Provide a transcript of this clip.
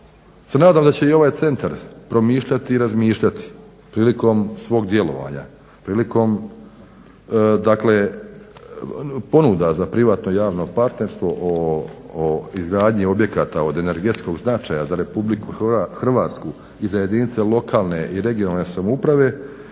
se nadam da će i ovaj centar promišljati i razmišljati prilikom svog djelovanja, prilikom dakle ponuda za privatno-javno partnerstvo o izgradnji objekata od energetskog značaja za RH i za jedinice lokalne i regionalne samouprave